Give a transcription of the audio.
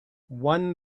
one